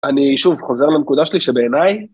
אני שוב חוזר לנקודה שלי שבעיניי...